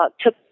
took